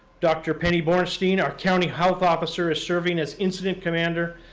dr. penny borenstein, our county health officer, is serving as incident commander,